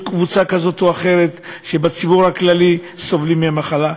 קבוצה כזאת או אחרת בציבור הכללי שסובלת מהמחלה,